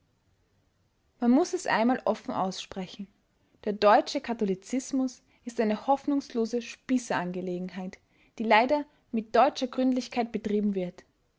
man muß es einmal offen aussprechen der deutsche katholizismus ist eine hoffnungslose spießerangelegenheit die leider mit deutscher gründlichkeit betrieben wird